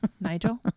Nigel